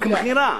למכירה.